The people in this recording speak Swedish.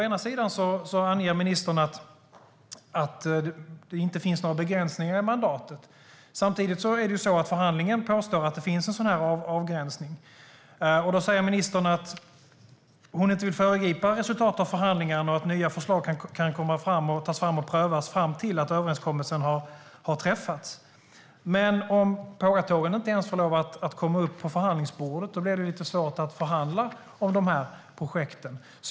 Å ena sidan anger ministern att det inte finns några begränsningar i mandatet. Å andra sidan påstås det i Sverigeförhandlingen att en sådan avgränsning finns. Ministern säger då att hon inte vill föregripa resultatet från förhandlingarna, för nya förslag kan tillkomma och prövas fram till att överenskommelser har träffats. Men om frågan om pågatågen inte ens får komma upp på förhandlingsbordet blir det lite svårt att förhandla om dessa projekt.